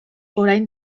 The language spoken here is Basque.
orain